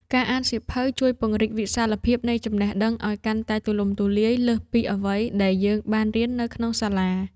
ការអានសៀវភៅជួយពង្រីកវិសាលភាពនៃចំណេះដឹងឱ្យកាន់តែទូលំទូលាយលើសពីអ្វីដែលយើងបានរៀននៅក្នុងសាលា។